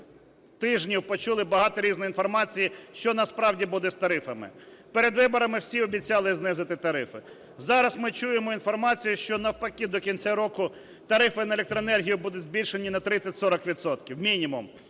тижнів почули багато різної інформації, що насправді буде з тарифами. Перед виборами всі обіцяли знизити тарифи. Зараз ми чуємо інформацію, що навпаки, до кінця року тарифи на електроенергію будуть збільшені на 30-40 відсотків